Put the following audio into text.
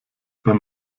beim